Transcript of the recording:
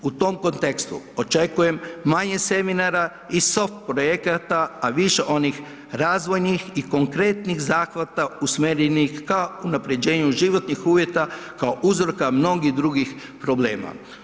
U tom kontekstu očekujem manje seminara i soft projekata, a više onih razvojnih i konkretnih zahvata usmjerenih ka unapređenju životnih uvjeta kao uzroka mnogih drugih problema.